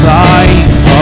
life